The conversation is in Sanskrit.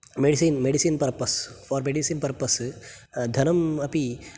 medicine medicine purpose for medicine purpose धनम् अपि